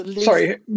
Sorry